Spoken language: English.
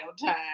time